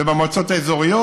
ובמועצות האזוריות?